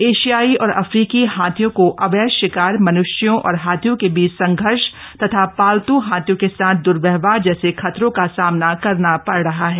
एशियाई और अफ्रीकी हाथियों को अवैध शिकार मन्ष्यों और हाथियों के बीच संघर्ष तथा पालतू हाथियों के साथ द्व्यवहार जैसे खतरों का सामना करना पड़ रहा है